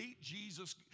Jesus